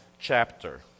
chapter